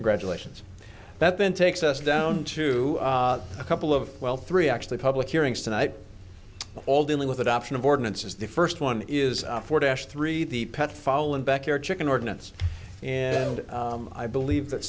graduations that then takes us down to a couple of well three actually public hearings tonight all dealing with adoption of ordinances the first one is for dash three the pet fall in backyard chicken ordinance and i believe that